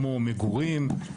כמו מגורים,